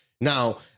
Now